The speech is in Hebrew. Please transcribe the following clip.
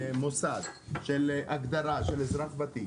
וצריך לפעול לפי ההגדרה של זה